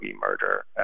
murder